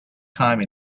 time